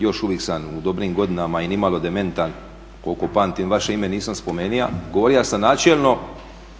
još uvijek sam u dobrim godinama i nimalo dementan koliko pamtim vaše ime nisam spomenuo. Govorio sam načelno